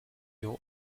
your